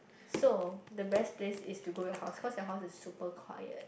so the best place is to go your house cause your house is super quiet